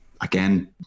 Again